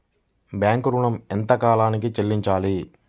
Bank ఋణం ఎంత కాలానికి చెల్లింపాలి?